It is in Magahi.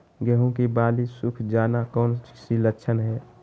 गेंहू की बाली सुख जाना कौन सी लक्षण है?